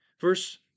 Verse